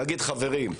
לומר: חברים,